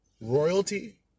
royalty